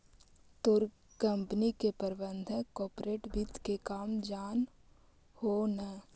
तोर कंपनी के प्रबंधक कॉर्पोरेट वित्त के काम जान हो न